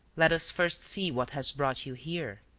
let us first see what has brought you here.